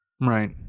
right